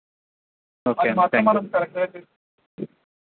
okay అండి thank you